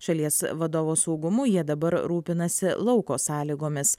šalies vadovo saugumu jie dabar rūpinasi lauko sąlygomis